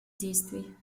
действий